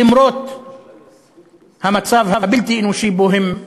למרות המצב הבלתי-אנושי שבו הם שרויים.